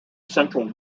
central